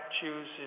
choose